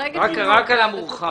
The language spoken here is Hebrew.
רק על המורחב.